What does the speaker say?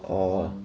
orh